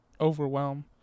overwhelm